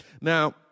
now